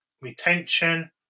retention